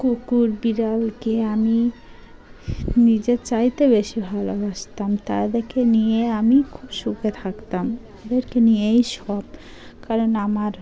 কুকুর বিড়ালকে আমি নিজের চাইতে বেশি ভালোবাসতাম তাদেরকে নিয়ে আমি খুব সুখে থাকতাম তাদেরকে নিয়েই সব কারণ আমার